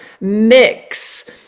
mix